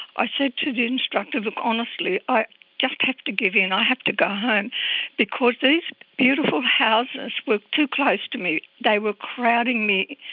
i said to the instructor that honestly i just have to give in, i have to go home and because these beautiful houses were too close to me, they were crowding me,